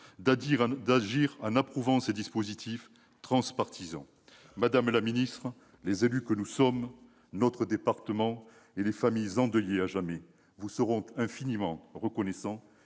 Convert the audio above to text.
d'agir en adoptant ces dispositifs transpartisans. Madame la ministre, les élus que nous sommes, mon département et les familles endeuillées à jamais vous seront infiniment reconnaissants